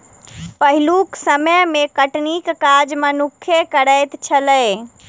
पहिलुक समय मे कटनीक काज मनुक्खे करैत छलै